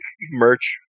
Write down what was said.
merch